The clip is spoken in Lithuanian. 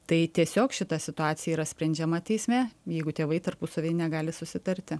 tai tiesiog šita situacija yra sprendžiama teisme jeigu tėvai tarpusavyje negali susitarti